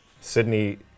Sydney